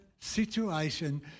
situation